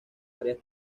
varias